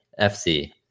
FC